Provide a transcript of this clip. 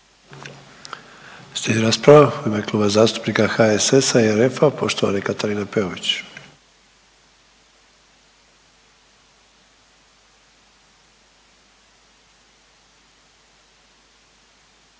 Slijedi rasprava u ime Kluba zastupnika HSS-a i RF-a, poštovani Katarina Peović.